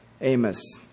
Amos